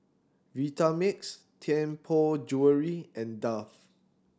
Vitamix Tianpo Jewellery and Dove